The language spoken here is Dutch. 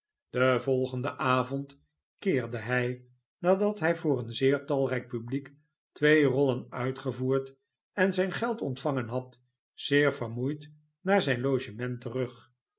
den voigenden avond keerde hij nadat hij voor een zeer talrijk publiek twee rollen uitgevoerd en zijn geld ontvangen had zeervermoeid naar zijn logement terug